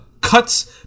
Cuts